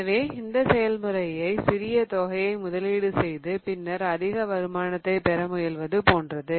எனவே இந்த செயல்முறை சிறிய தொகையை முதலீடு செய்து பின்னர் அதிக வருமானத்தை பெற முயல்வது போன்றது